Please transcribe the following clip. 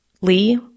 Lee